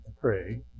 pray